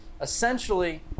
essentially